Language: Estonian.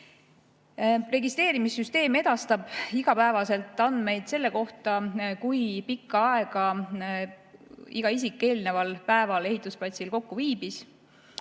Registreerimissüsteem edastab igapäevaselt andmeid selle kohta, kui pikka aega kokku iga isik eelneval päeval ehitusplatsil viibis.